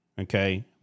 okay